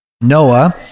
Noah